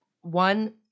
one